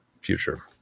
future